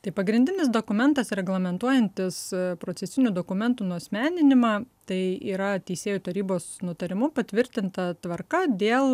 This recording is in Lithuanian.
tai pagrindinis dokumentas reglamentuojantis procesinių dokumentų nuasmeninimą tai yra teisėjų tarybos nutarimu patvirtinta tvarka dėl